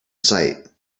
sight